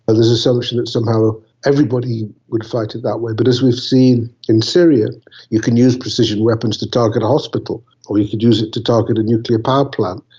ah there's an assumption that somehow everybody would fight it that way, but as we've seen in syria you can use precision weapons to target a hospital or you could use it to target a nuclear power plant.